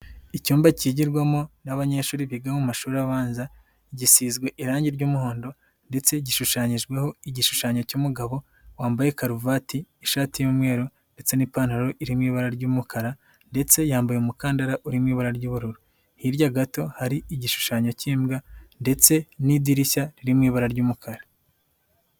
Icyumba kigirwamo n'abanyeshuri biga mu mashuri abanza, gisizwe irangi ry'umuhondo ndetse gishushanyijweho igishushanyo cy'umugabo wambaye karuvati, ishati y'umweru ndetse n'ipantaro iri mu ibara ry'umukara ndetse yambaye umukandara uri mu ibara ry'ubururu, hirya gato hari igishushanyo cy'imbwa ndetse n'idirishya riri mu ibara ry'umukara.